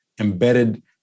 embedded